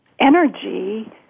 energy